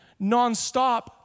nonstop